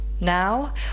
Now